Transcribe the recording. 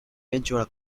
ventura